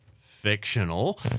fictional